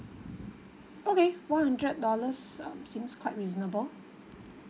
okay one hundred dollars um seems quite reasonable